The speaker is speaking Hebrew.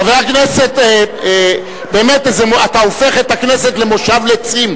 אני מבקש שרק נשים יוציאו אותה.